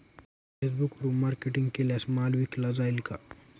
फेसबुकवरुन मार्केटिंग केल्यास माल विकला जाईल का?